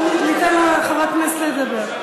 עכשיו ניתן לחברת הכנסת לדבר.